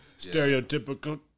stereotypical